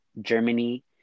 Germany